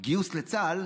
גיוס לצה"ל,